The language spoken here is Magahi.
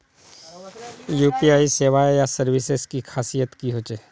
यु.पी.आई सेवाएँ या सर्विसेज की खासियत की होचे?